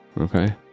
Okay